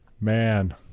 Man